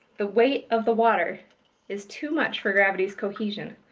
the weight of the water is too much for gravity's cohesion,